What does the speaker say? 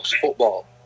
football